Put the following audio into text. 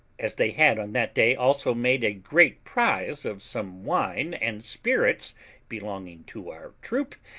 as they had on that day also made a great prize of some wine and spirits belonging to our troop,